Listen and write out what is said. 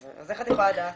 אז איך את יכולה לדעת?